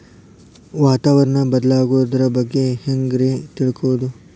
ವಾತಾವರಣ ಬದಲಾಗೊದ್ರ ಬಗ್ಗೆ ಹ್ಯಾಂಗ್ ರೇ ತಿಳ್ಕೊಳೋದು?